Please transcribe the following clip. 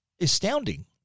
astounding